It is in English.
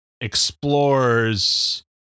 explores